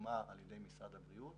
שהוקמה על ידי משרד הבריאות.